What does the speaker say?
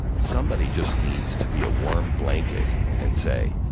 somebody just needs to be a warm blanket and say,